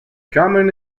coming